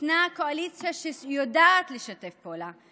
כשיש קואליציה שיודעת לשתף פעולה,